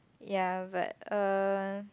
ya but uh